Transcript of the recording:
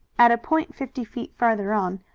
at a point fifty feet farther on,